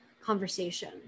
conversation